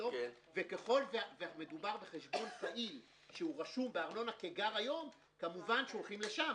וככל שמדובר בחשבון פעיל שהוא רשום בארנונה כגר היום כמובן שולחים לשם,